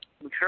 Sure